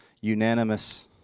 unanimous